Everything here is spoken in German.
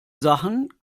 sachen